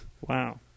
Wow